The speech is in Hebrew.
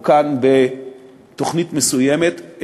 או כאן בתוכנית מסוימת,